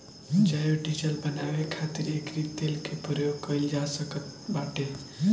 जैव डीजल बानवे खातिर एकरी तेल के प्रयोग कइल जा सकत बाटे